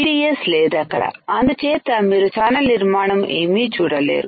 VDS లేదక్కడ అందుచేత మీరు ఛానల్ నిర్మాణము ఏమీ చూడలేరు